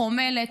חומלת,